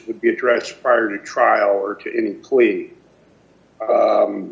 should be addressed prior to trial or to any